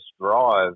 drive